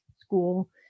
school